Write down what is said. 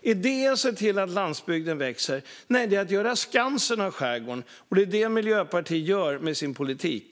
Är det att se till att landsbygden växer? Nej, det är att göra Skansen av skärgården. Det är det Miljöpartiet gör med sin politik.